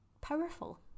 powerful